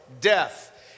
death